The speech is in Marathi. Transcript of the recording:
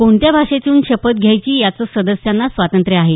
कोणत्या भाषेतून शपथ घ्यायची याचं सदस्यांना स्वातंत्र्य आहे